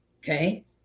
okay